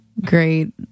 great